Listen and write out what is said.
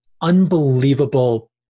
unbelievable